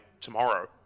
tomorrow